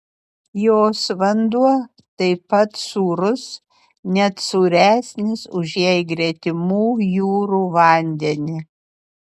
jos vanduo taip pat sūrus net sūresnis už jai gretimų jūrų vandenį